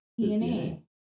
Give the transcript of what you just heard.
DNA